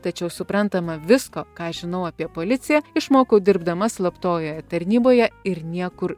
tačiau suprantama visko ką aš žinau apie policiją išmokau dirbdama slaptojoje tarnyboje ir niekur